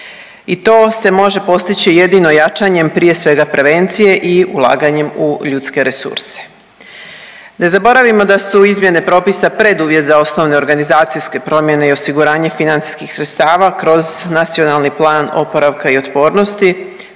i to se može postići jedino jačanjem prije svega, prevencije i ulaganjem u ljudske resurse. Ne zaboravimo da su izmjene propisa preduvjet za osnovne organizacijske promjene i osiguranje financijskih sredstva kroz Nacionalni plan oporavka i otpornosti